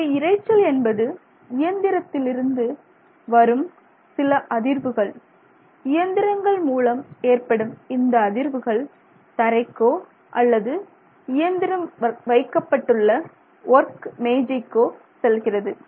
எனவே இரைச்சல் என்பது இயந்திரத்திலிருந்து வரும் சில அதிர்வுகள் இயந்திரங்கள் மூலம் ஏற்படும் இந்த அதிர்வுகள் தரைக்கோ அல்லது இயந்திரம் வைக்கப்பட்டுள்ள ஒர்க் மேஜைக்கோ செல்கிறது